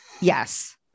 yes